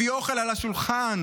להביא אוכל אל השולחן.